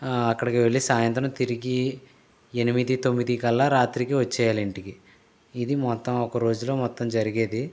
ఆ అక్కడికి వెళ్ళి సాయంత్రానికి తిరిగి ఎనిమిది తొమ్మిది కల్లా రాత్రికి వచ్చేయాలింటికి ఇది మొత్తం ఒక రోజులో మొత్తం జరిగేది